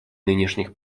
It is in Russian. нынешних